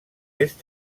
est